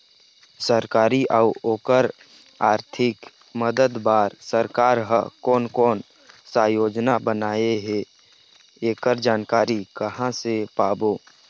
सरकारी अउ ओकर आरथिक मदद बार सरकार हा कोन कौन सा योजना बनाए हे ऐकर जानकारी कहां से पाबो?